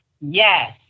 Yes